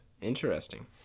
Interesting